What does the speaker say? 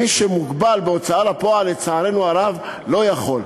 מי שמוגבל בהוצאה לפועל, לצערנו הרב, לא יכול.